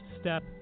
step